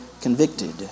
convicted